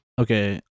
Okay